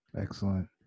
Excellent